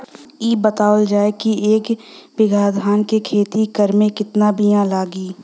इ बतावल जाए के एक बिघा धान के खेती करेमे कितना बिया लागि?